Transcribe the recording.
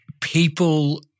people